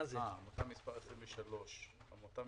במספר 23?